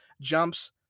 jumps